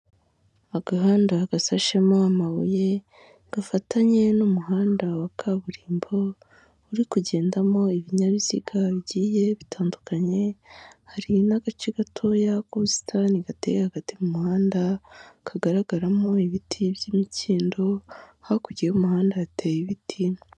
Agahanda gasashemo amabuye gafatanye n'umuhanda wa kaburimbo uri kugendamo ibinyabiziga bigiye bitandukanye, hari n'agace gatoya k'ubusitani gateye aga mu muhanda kagaragaramo ibiti by'imikindo hakurya y'umuhanda hateye ibiti.